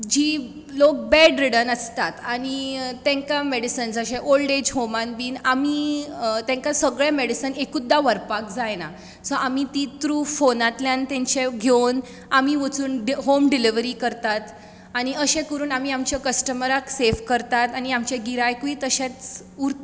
जे लोक बेडरिडन आसतात आनी तांकां मेडिसन अशें ओल्ड एज होमान बी आमी तांकां सगळें मेडिसन एकुचदां व्हरपाक जायना सो आमी ती थ्रू फोनांतल्यान तांचे घेवन आमी वचून होम डिलीवरी करतात आनी अशें करून आमी आमच्या कस्टमराक सेव करता आनी आमचे गिरायकूय तशेंच उरता